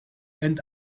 und